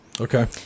Okay